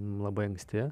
labai anksti